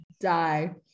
die